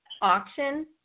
auction